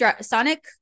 Sonic